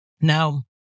Now